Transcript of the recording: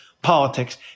Politics